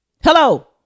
Hello